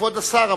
כבוד השר,